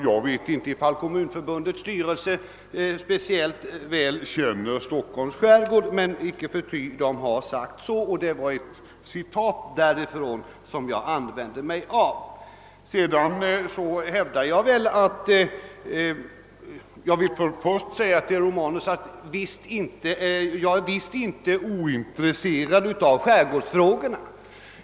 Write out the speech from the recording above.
Jag vet inte om Kommunförbundets styrelse speciellt väl känner till Stockholms skärgård, men icke förty har den framhållit denna synpunkt. Till herr Romanus vill jag säga att jag visst inte är ointresserad av skärgårdsfrågorna.